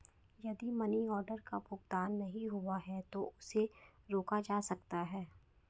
यदि money order का भुगतान नहीं हुआ है तो उसे रोका जा सकता है